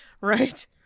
right